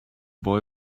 boy